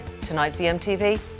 tonightvmtv